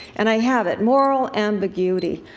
and i have it. moral ambiguity.